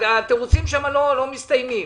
התירוצים שם לא מסתיימים.